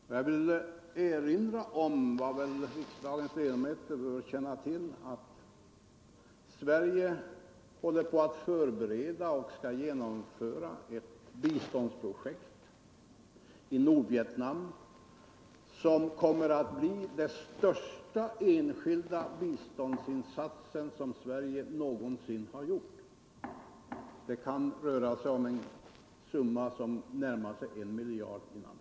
Och jag vill erinra om vad riksdagens ledamöter väl bör känna till, nämligen att Sverige håller på att förbereda och skall genomföra ett biståndsprojekt till Nordvietnam som kommer att bli den största enskilda biståndsinsats som Sverige någonsin har gjort. Summan kan komma att närma sig 1 miljard kronor innan det hela är klart.